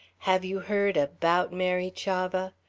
have you heard about mary chavah?